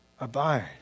Abide